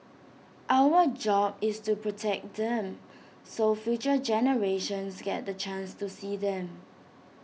our job is to protect them so future generations get the chance to see them